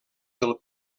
del